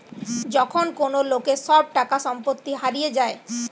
যখন কোন লোকের সব টাকা সম্পত্তি হারিয়ে যায়